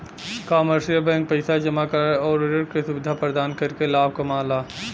commercial bank पैसा जमा करल आउर ऋण क सुविधा प्रदान करके लाभ कमाला